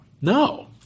No